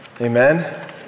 Amen